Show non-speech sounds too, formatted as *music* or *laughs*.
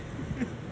*laughs*